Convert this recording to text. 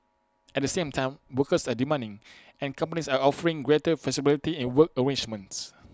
at the same time workers are demanding and companies are offering greater flexibility in work arrangements